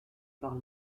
par